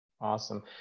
Awesome